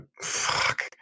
Fuck